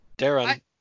Darren